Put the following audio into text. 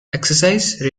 exercise